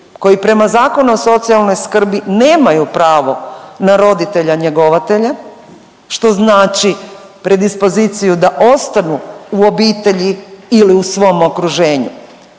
koji prema Zakonu o socijalnoj skrbi nemaju pravo na roditelja njegovatelja, što znači predispoziciju da ostanu u obitelji ili u svom okruženju.